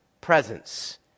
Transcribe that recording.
Presence